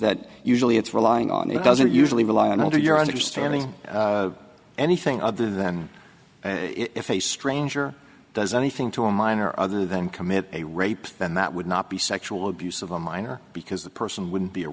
that usually it's relying on it doesn't usually rely on either your understanding anything other than if a stranger does anything to a minor other than commit a rape then that would not be sexual abuse of a minor because the person would be a